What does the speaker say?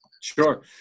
Sure